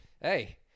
hey